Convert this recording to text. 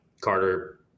Carter